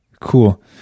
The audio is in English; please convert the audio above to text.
Cool